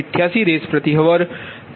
142202 688Rshr